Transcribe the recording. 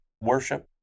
worship